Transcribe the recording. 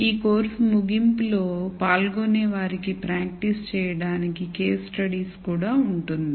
ఈ కోర్సు ముగింపులో పాల్గొనేవారికి ప్రాక్టీస్ చేయడానికి కేస్ స్టడీ కూడా ఉంటుంది